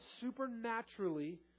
supernaturally